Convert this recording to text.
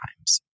Times